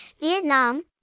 Vietnam